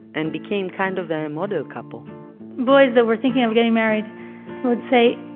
and became kind of a model couple boys that were thinking of getting married would say,